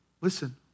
Listen